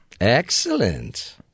Excellent